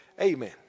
Amen